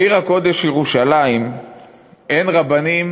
בעיר הקודש ירושלים אין רבנים